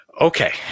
Okay